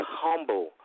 humble